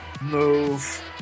move